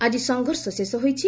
ଆକି ସଂଘର୍ଷ ଶେଷ ହୋଇଛି